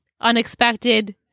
unexpected